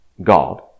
God